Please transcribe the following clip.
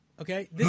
Okay